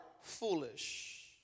foolish